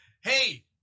hey